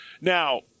Now